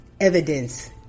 evidence